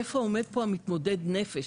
איפה עומד פה המתמודד נפש?